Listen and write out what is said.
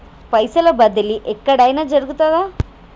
పైసల బదిలీ ఎక్కడయిన జరుగుతదా?